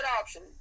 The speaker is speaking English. option